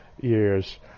years